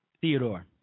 Theodore